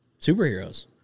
superheroes